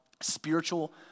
spiritual